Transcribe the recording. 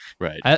Right